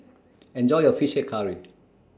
Enjoy your Fish Head Curry